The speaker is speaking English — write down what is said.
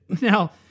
Now